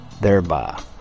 thereby